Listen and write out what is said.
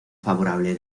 favorable